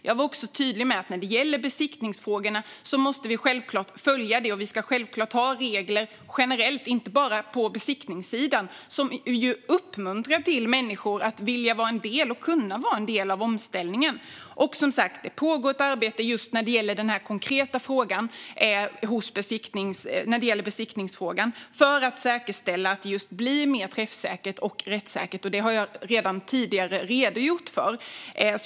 Jag var också tydlig med att när det gäller besiktningsfrågorna måste vi självklart följa dem, och vi ska självklart ha regler - generellt, inte bara på besiktningssidan - som uppmuntrar människor att vilja och kunna vara en del av omställningen. Och det pågår som sagt ett arbete när det gäller den konkreta frågan om besiktning för att säkerställa att den blir mer träffsäker och rättssäker. Det har jag redan tidigare redogjort för.